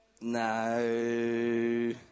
No